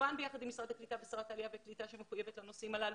כמובן ביחד עם משרד הקליטה ושרת העלייה והקליטה שמחויבת לנושאים הללו,